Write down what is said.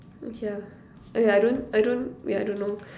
okay lah !aiya! I don't I don't ya I don't know